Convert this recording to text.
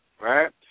right